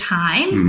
time